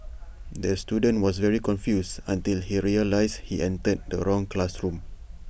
the student was very confused until he realised he entered the wrong classroom